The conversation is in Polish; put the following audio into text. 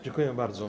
Dziękuję bardzo.